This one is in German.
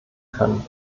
können